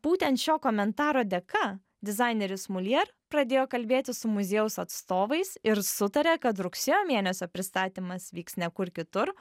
būtent šio komentaro dėka dizaineris mulier pradėjo kalbėti su muziejaus atstovais ir sutarė kad rugsėjo mėnesio pristatymas vyks ne kur kitur